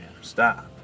stop